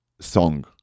song